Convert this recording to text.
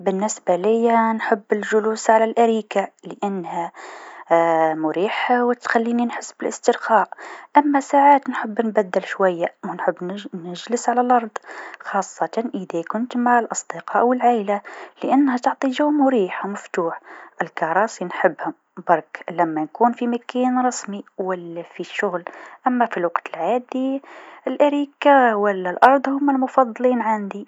بالنسبة ليا نحب الجلوس على الأريكة، لأنها مريحة و تخليني نحس بالإسترخاء، أما ساعات نحب نبدل شوية و نحب نج- نجلس على الارض خاصة إذا كنت مع الأصدقاء و العايلة لأنها تعطي جو مريح و مفتوح، الكراسي نحبها برك لما نكون في مكان رسمي و لا في الشغل، أما في الوقت العادي الأريكة و الأرض هوما المفضلين عندي.